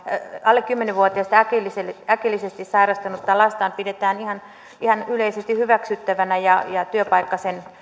alle kymmenen vuotiasta äkillisesti äkillisesti sairastunutta lastaan sitä pidetään ihan ihan yleisesti hyväksyttävänä ja ja työpaikka sen